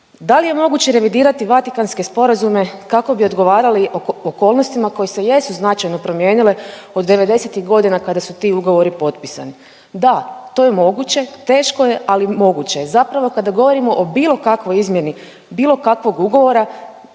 Da li je moguće revidirati Vatikanske sporazume kako bi odgovarali okolnostima koji se jesu značajno promijenile od '90.-tih godina kada su ti ugovori potpisani? Da, to je moguće, teško je ali moguće je. Zapravo kada govorimo o bilo kakvoj izmjeni bilo kakvog ugovora